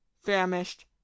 famished